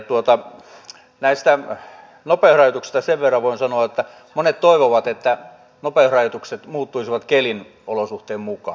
näistä nopeusrajoituksista voin sanoa sen verran että monet toivovat että nopeusrajoitukset muuttuisivat keliolosuhteiden mukaan